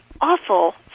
awful